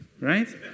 right